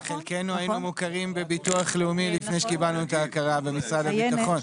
חלקנו היינו מוכרים בביטוח לאומי לפני שקיבלנו את ההכרה במשרד הביטחון.